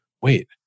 wait